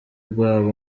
bwabo